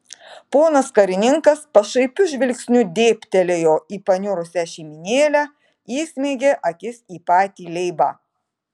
ponas karininkas pašaipiu žvilgsniu dėbtelėjo į paniurusią šeimynėlę įsmeigė akis į patį leibą